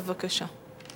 בבקשה.